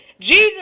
Jesus